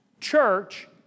Church